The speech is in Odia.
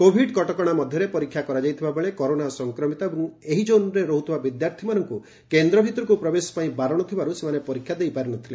କୋଭିଡ୍ କଟକଣା ମଧ୍ୟରେ ପରୀକ୍ଷା କରାଯାଇଥିଲା ବେଳେ କରୋନା ସଂକ୍ରମିତ ଏବଂ ଏହି ଜୋନ୍ରେ ରହୁଥିବା ବିଦ୍ୟାର୍ଥୀମାନଙ୍କୁ କେନ୍ଦ୍ର ଭିତରକୁ ପ୍ରବେଶ ପାଇଁ ବାରଣ ଥିବାରୁ ସେମାନେ ପରୀକ୍ଷା ଦେଇପାରି ନଥିଲେ